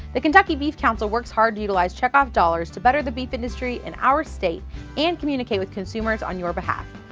the kentucky beef council works hard to utilize checkoff dolllars to better the beef industry in our state and communicate with consumers on your behalf.